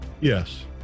yes